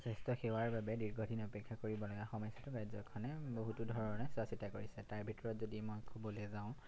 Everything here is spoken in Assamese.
স্বাস্থ্যসেৱাৰ বাবে দীৰ্ঘদিন অপেক্ষা কৰিবলগীয়া সমস্যাটো ৰাজ্যখনে বহুতো ধৰণে চোৱা চিতা কৰিছে তাৰ ভিতৰত যদি মই ক'বলে যাওঁ